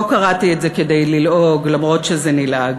לא קראתי את זה כדי ללעוג, למרות שזה נלעג.